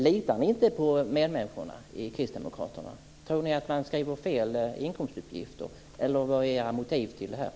Litar ni i Kristdemokraterna inte på människorna?